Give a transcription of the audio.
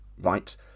right